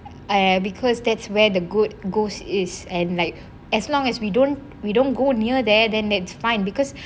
because that's where the good ghosts is and like as long as we don't we don't go near there then that's fine because